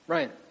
Ryan